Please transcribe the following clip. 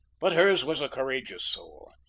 but hers was a courageous soul.